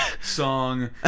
song